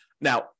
Now